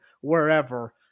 wherever